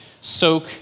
soak